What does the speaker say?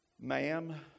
Ma'am